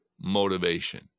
motivation